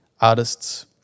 artists